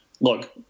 look